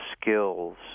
skills